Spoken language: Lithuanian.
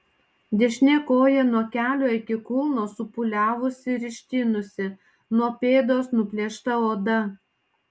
dešinė koja nuo kelio iki kulno supūliavusi ir ištinusi nuo pėdos nuplėšta oda